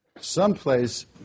someplace